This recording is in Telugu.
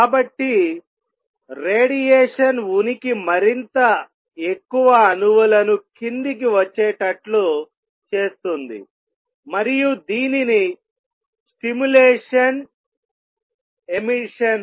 కాబట్టి రేడియేషన్ ఉనికి మరింత ఎక్కువ అణువులను కిందికి వచ్చేటట్లు చేస్తుంది మరియు దీనిని స్టిములేటెడ్ ఎమిషన్